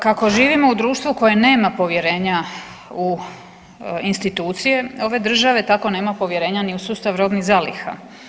Kako živimo u društvu koje nema povjerenja u institucije ove države tako nema povjerenja ni u sustav robnih zaliha.